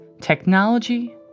technology